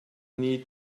need